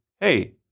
hey